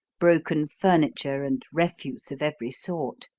broken furniture, and refuse of every sort.